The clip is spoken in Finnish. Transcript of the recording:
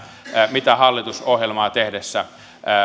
mitä hallitusohjelmaa tehtäessä